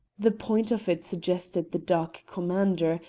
the point of it suggested the dark commander,